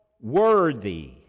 worthy